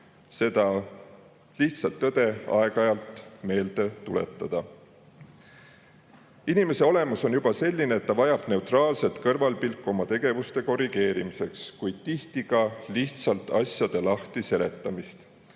seda lihtsat tõde aeg-ajalt meelde tuletada. Inimese olemus on juba selline, et ta vajab neutraalset kõrvalpilku oma tegevuste korrigeerimiseks, kuid tihti ka lihtsalt asjade lahtiseletamist.